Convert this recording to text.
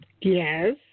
Yes